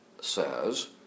says